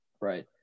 Right